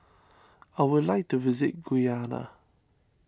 I would like to visit Guyana